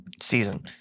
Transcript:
season